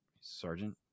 Sergeant